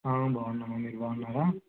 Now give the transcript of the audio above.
బాగున్నాము మీరు బాగున్నారా